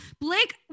Blake